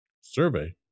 Survey